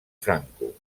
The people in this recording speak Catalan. franco